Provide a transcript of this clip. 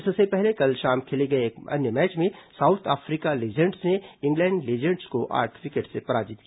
इससे पहले कल शाम खेले गए एक अन्य मैच में साउथ अफ्रीका लीजेंड्स ने इंग्लैण्ड लीजेंड्स को आठ विकेट से पराजित किया